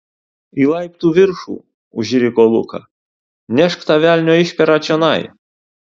į laiptų viršų užriko luka nešk tą velnio išperą čionai